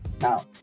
Now